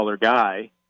guy